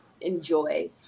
enjoy